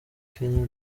kenya